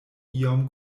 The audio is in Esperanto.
iom